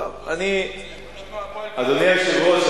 אדוני היושב-ראש,